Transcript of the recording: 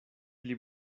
pli